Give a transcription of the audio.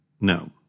No